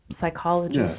psychologist